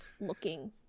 looking